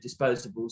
disposables